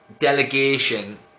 delegation